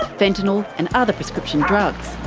fentanyl and other prescription drugs.